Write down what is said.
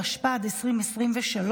התשפ"ד 2023,